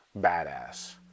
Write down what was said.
badass